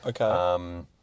Okay